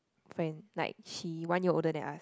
friend like she one year older than us